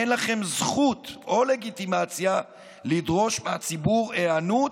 אין לכם זכות או לגיטימציה לדרוש מהציבור היענות,